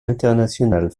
international